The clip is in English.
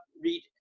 read